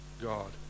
God